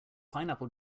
pineapple